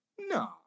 no